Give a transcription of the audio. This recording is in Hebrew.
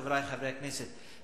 חברי חברי הכנסת,